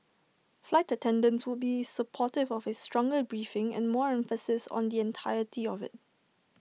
flight attendants would be supportive of A stronger briefing and more emphasis on the entirety of IT